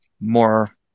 more